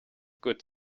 good